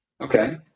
okay